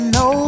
no